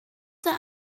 der